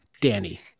Danny